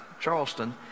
Charleston